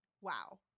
Wow